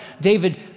David